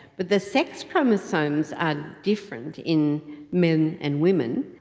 but the sex chromosomes are different in men and women.